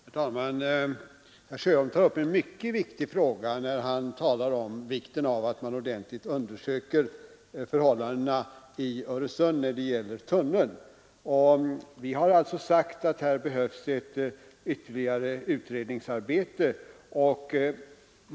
Herr talman! Herr Sjöholm tar upp en mycket väsentlig fråga, när han talar om vikten av att man ordentligt undersöker förhållandena i Öresund då det gäller tunneln. Vi har sagt att ytterligare utredningsarbete här behövs.